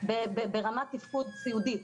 ברמת תפקוד סיעודית,